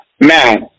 man